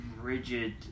rigid